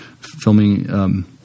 filming –